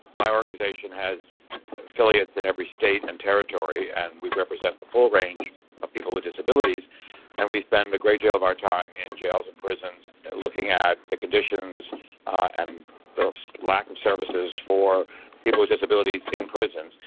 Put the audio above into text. my organisation has affiliates in every state and territory and we represent the full range of people with disabilities and we spend a great deal of our time in jails and prisons looking at the conditions and the lack of services for people with disabilities in prisons.